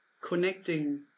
connecting